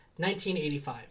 1985